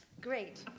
Great